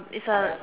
is a